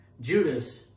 Judas